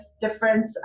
different